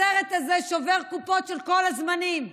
הסרט הזה שובר קופות של כל הזמנים.